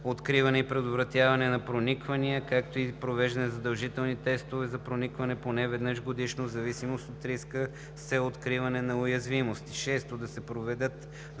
откриване и предотвратяване на проникванията, както и провеждане на задължителни тестове за проникване поне веднъж годишно, в зависимост от риска, с цел откриване на уязвимости. 6. Да се проведат